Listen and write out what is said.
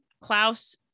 Klaus